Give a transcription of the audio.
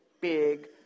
big